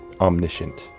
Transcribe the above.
omniscient